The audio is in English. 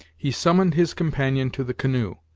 he summoned his companion to the canoe,